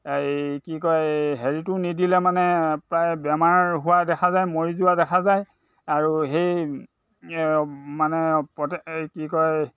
এই কি কয় হেৰিটো নিদিলে মানে প্ৰায় বেমাৰ হোৱা দেখা যায় মৰি যোৱা দেখা যায় আৰু সেই মানে কি কয়